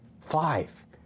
Five